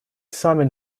simon